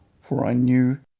for i knew